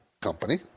company